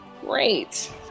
Great